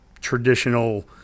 traditional